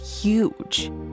huge